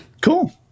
Cool